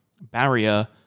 barrier